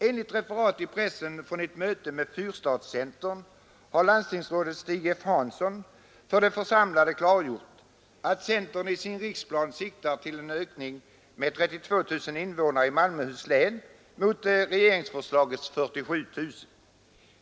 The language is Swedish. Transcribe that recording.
Enligt referat i pressen från ett möte med fyrstadscentern har landstingsrådet Stig F. Hansson för de församlade klargjort att centern i sin riksplan siktar till en ökning med 32 000 invånare i Malmöhus län mot regeringsförslagets 47 000.